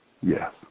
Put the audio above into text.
Yes